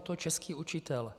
Je to český učitel.